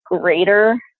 greater